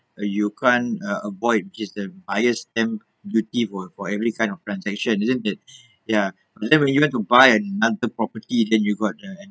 uh you can't uh avoid which is the highest stamp duty for for every kind of transaction isn't it ya and then when you went to buy another property than you got